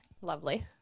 Lovely